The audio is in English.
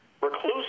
reclusive